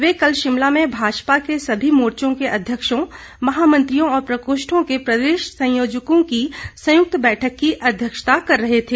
वे कल शिमला में भाजपा के सभी मोर्चो के अध्यक्षों महामंत्रियों और प्रकोष्ठों के प्रदेश संयोजकों की संयुक्त बैठक की अध्यक्षता कर रहे थे